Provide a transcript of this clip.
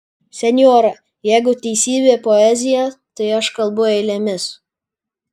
senjora jeigu teisybė poezija tai aš kalbu eilėmis